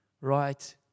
right